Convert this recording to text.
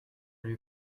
lui